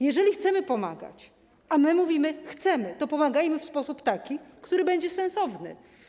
Jeżeli chcemy pomagać, a mówimy, że chcemy, to pomagajmy w sposób taki, który będzie sensowny.